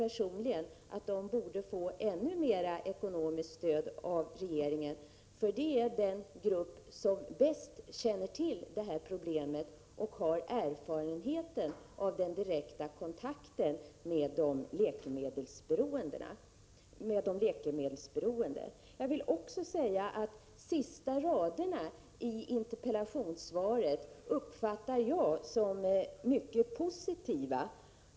Personligen tycker jag att förbundet borde få ännu mera stöd, för det är den grupp som bäst känner till problemet och har erfarenhet av direkta kontakter med de läkemedelsberoende. Jag uppfattar de sista raderna i interpellationssvaret som mycket positiva.